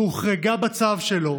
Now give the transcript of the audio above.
והוחרגה בצו שלו,